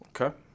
Okay